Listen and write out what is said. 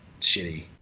shitty